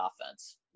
offense